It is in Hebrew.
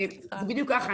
זה בדיוק ככה.